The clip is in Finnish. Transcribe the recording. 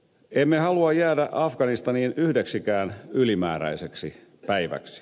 emme halua jäädä afganistaniin yhdeksikään ylimääräiseksi päiväksi